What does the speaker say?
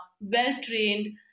well-trained